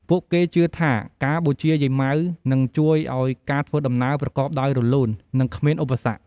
ពួកគេជឿថាការបូជាយាយម៉ៅនឹងជួយឱ្យការធ្វើដំណើរប្រកបដោយរលូន និងគ្មានឧបសគ្គ។